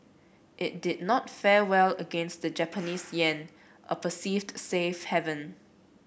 it did not fare well against the Japanese yen a perceived safe haven